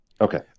okay